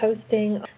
posting